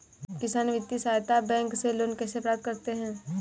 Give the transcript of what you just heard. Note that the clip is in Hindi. किसान वित्तीय सहायता बैंक से लोंन कैसे प्राप्त करते हैं?